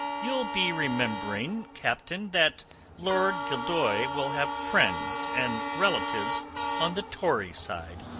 ye'll be remembering, captain, that lord gildoy will have friends and relatives on the tory side,